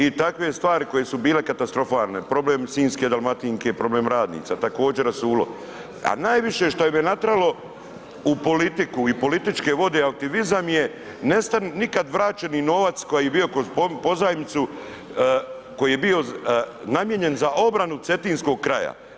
I takve stvari koje su bile katastrofalne, problem sinjske Dalmatinke, problem radnica, također rasulo, a najviše što me je natjeralo u politiku i političke vode …/nerazumljivo/… je nikad vraćeni novac koji je bio kroz pozajmicu, koji je bio namijenjen za obranu Cetinskog kraja.